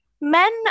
Men